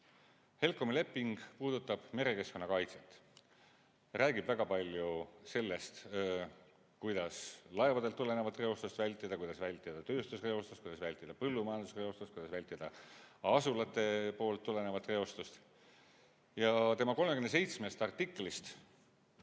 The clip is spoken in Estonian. HELCOM‑i leping puudutab merekeskkonna kaitset, räägib väga palju sellest, kuidas laevadelt tulenevat reostust vältida, kuidas vältida tööstusreostust, kuidas vältida põllumajandusreostust, kuidas vältida asulatest tulenevat reostust. Ja selle 37 artiklist